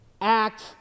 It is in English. act